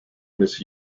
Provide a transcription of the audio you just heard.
miss